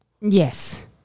Yes